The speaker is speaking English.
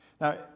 now